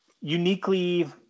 uniquely